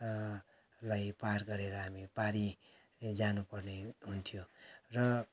लाई पार गरेर हामी पारी जानु पर्ने हुन्थ्यो र